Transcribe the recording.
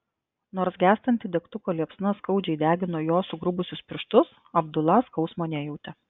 nors gęstanti degtuko liepsna skaudžiai degino jo sugrubusius pirštus abdula skausmo nejautė